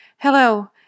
Hello